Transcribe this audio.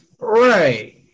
Right